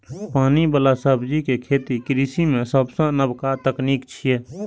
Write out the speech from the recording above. पानि बला सब्जी के खेती कृषि मे सबसं नबका तकनीक छियै